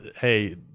hey